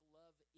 love